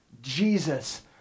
Jesus